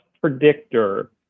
predictor